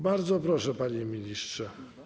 Bardzo proszę, panie ministrze.